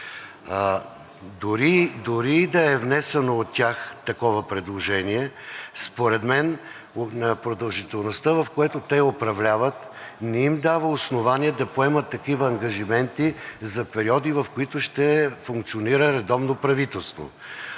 Дори и да е внесено от тях такова предложение, според мен продължителността, в която те управляват, не им дава основание да поемат такива ангажименти за периоди, в които ще функционира редовно правителство.